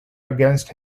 against